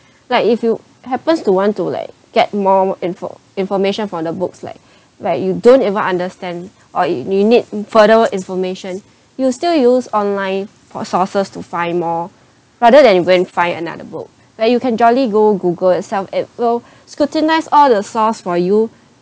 like if you happens to want to like get more info~ information from the books like like you don't even understand or you need further information you still use online sources to find more rather than you go and find another book where you can jolly go google itself it will scrutinise all the source for you